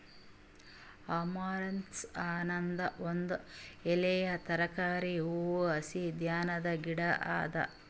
amaranthus ಅನದ್ ಒಂದ್ ಎಲೆಯ ತರಕಾರಿ, ಹೂವು, ಹಸಿ ಧಾನ್ಯದ ಗಿಡ ಅದಾ